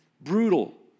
brutal